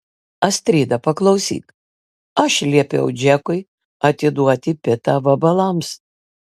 astrida paklausyk aš liepiau džekui atiduoti pitą vabalams